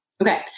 Okay